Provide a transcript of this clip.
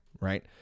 right